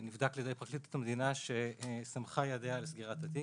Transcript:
נבדק על ידי פרקליטות המדינה שסמכה ידיה על סגירת התיק.